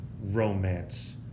romance